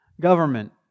government